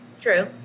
True